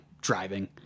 Driving